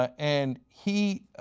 ah and he